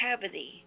cavity